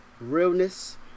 realness